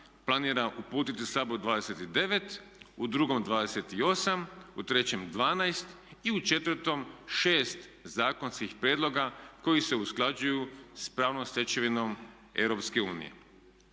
planira uputiti Saboru 29, u drugom 28, u trećem 12. i u četvrtom 6 zakonskih prijedloga koji se usklađuju sa pravnom stečevinom Europske unije.